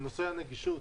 בנושא הנגישות,